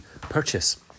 purchase